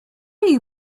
you